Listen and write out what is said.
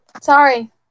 Sorry